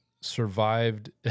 survived